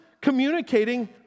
communicating